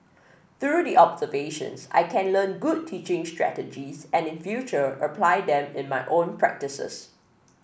through the observations I can learn good teaching strategies and in future apply them in my own practices